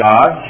God